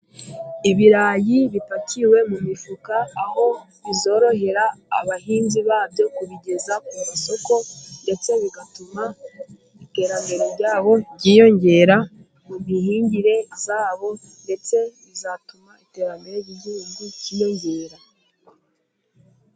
Ibirayi bipakiwe mu mifuka, aho bizorohera abahinzi ba byo kubigeza ku masoko, ndetse bigatuma iterambere rya bo ryiyongera mu mihingire ya bo ndetse bizatuma iterambere ry'igihugu ryiyongera.